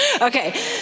okay